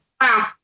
Wow